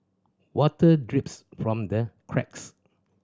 water drips from the cracks